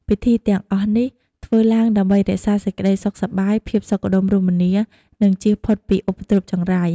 ពិធីទាំងអស់នេះធ្វើឡើងដើម្បីរក្សាសេចក្តីសុខសប្បាយ ភាពសុខដុមរមនា និងជៀសផុតពីឧបទ្រពចង្រៃ។